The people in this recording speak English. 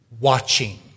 watching